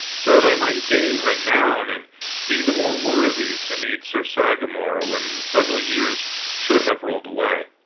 so that i might gain renown and be the more worthy to meet sir sagramor when the several years should have rolled away.